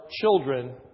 children